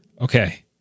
Okay